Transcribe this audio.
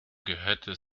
gehörte